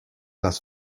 las